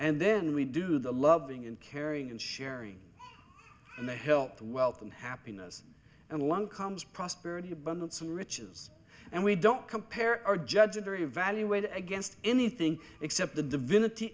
and then we do the loving and caring and sharing and the help the wealth and happiness and along comes prosperity abundance and riches and we don't compare our judges are evaluated against anything except the divinity